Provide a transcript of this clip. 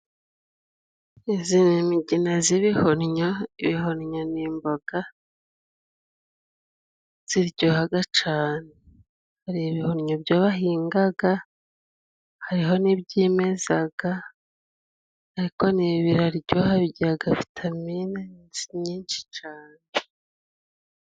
Izi ni imigina z'ibihunnyo ibihunnyo n'imboga ziryohaga cane, hari ibihunnyo byo bahingaga hariho n'ibyimezaga ariko biraryoha bigiraga vitamine nyinshi cane.